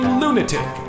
lunatic